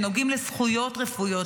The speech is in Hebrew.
שנוגעים לזכויות רפואיות,